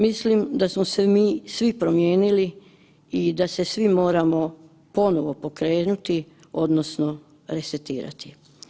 Mislim da smo se mi svi promijenili i da se svi moramo ponovno pokrenuti, odnosno resetirati.